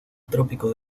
trópico